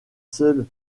seuls